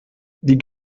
die